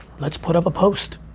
let's put up a post.